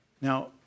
Now